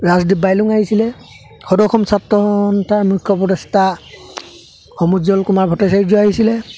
ৰাজদ্বীপ বাইলুং আহিছিলে সদৌ অসম ছাত্ৰ সন্থাৰ মুখ্য উপদেষ্টা সমুজ্বল কুমাৰ ভট্টাচাৰ্য আহিছিলে